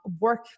work